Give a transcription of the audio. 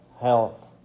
health